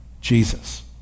Jesus